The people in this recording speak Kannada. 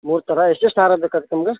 ಮೂರು ಥರ ಎಷ್ಟೆಷ್ಟು ಹಾರ ಬೇಕಾಗತ್ ನಿಮ್ಗೆ